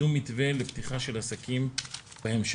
המשך.